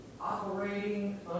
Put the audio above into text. Operating